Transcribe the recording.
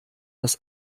das